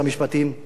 חיינו מסובכים.